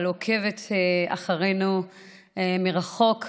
אבל עוקבת אחרינו מרחוק,